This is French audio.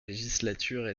législature